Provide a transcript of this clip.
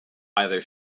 either